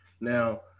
now